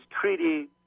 treaty